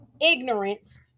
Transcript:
ignorance